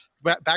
back